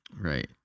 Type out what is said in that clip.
right